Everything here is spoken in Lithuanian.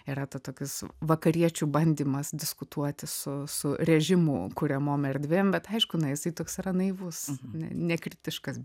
yra ta tokis vakariečių bandymas diskutuoti su su režimu kuriamom erdvėm bet aišku na jis toks yra naivus nekritiškas